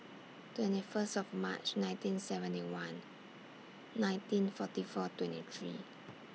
twenty First of March nineteen seventy one nineteen forty four twenty three